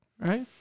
right